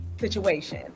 situation